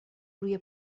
روی